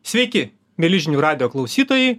sveiki mieli žinių radijo klausytojai